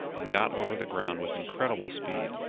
and got over the ground with incredible speed.